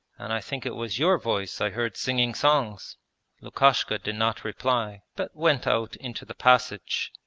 and i think it was your voice i heard singing songs lukashka did not reply, but went out into the passage,